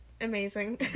amazing